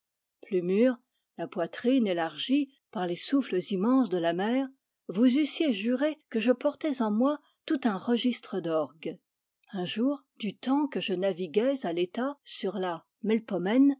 plus mûr la poitrine élargie par les souffles immenses de la mer vous eussiez juré que je portais en moi tout un registre d'orgues un jour du temps que jé naviguais à l'état sur la